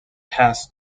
pass